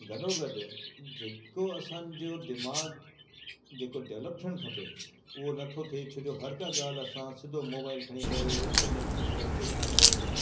गॾोगॾु जे को असांजो दिमाग़ जे को डेवलॉप थियणु खपे उहो नथो थिए छो जो हर का ॻाल्हि असां सिधो मोबाइल खणी करे इंटरनेट ते सॼो चेक था करे वठूं